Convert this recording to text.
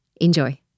Enjoy